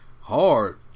hard